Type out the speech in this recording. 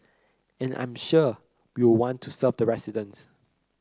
and I'm sure we will want to serve the residents